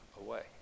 away